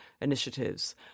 initiatives